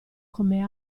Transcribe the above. come